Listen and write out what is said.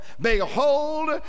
Behold